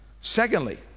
Secondly